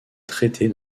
traiter